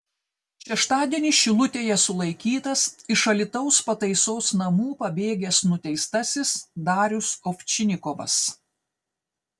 šeštadienį šilutėje sulaikytas iš alytaus pataisos namų pabėgęs nuteistasis darius ovčinikovas